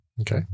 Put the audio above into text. Okay